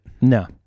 No